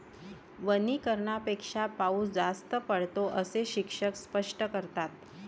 वनीकरणापेक्षा पाऊस जास्त पडतो, असे शिक्षक स्पष्ट करतात